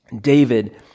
David